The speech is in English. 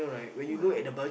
!wow!